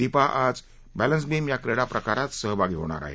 दीपा आज balance beam या क्रीडा प्रकारात सहभागी होणार आहे